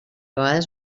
vegades